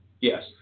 Yes